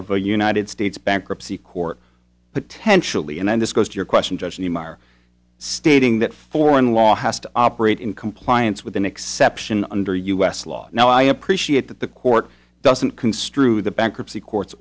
of the united states bankruptcy court potentially and this goes to your question judge and you are stating that foreign law has to operate in compliance with an exception under u s law now i appreciate that the court doesn't construe the bankruptcy court